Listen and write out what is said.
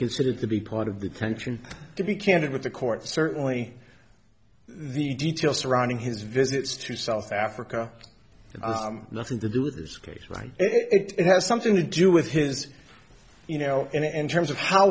considered to be part of the tension to be candid with the court certainly the details surrounding his visits to south africa nothing to do with this case right it has something to do with his you know and terms of how